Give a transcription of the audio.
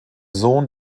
sohn